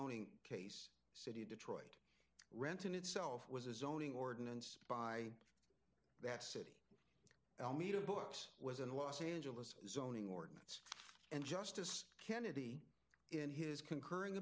zoning case city detroit renton itself was a zoning ordinance by that city l me to books was in los angeles zoning ordinance and justice kennedy in his concurring